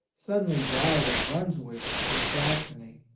suddenly died at brunswick, in saxony.